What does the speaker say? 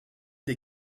des